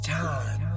time